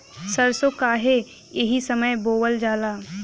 सरसो काहे एही समय बोवल जाला?